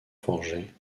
forget